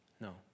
No